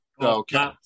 Okay